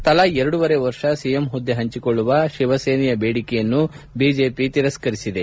ತಲಾ ಎರಡೂವರೆ ವರ್ಷ ಸಿಎಂ ಹುದ್ದೆ ಹಂಚಿಕೊಳ್ಳುವ ಶಿವಸೇನೆಯ ಬೇಡಿಕೆಯನ್ನು ಬಿಜೆಪಿ ತಿರಸ್ಥರಿಸಿದೆ